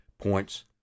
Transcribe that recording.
points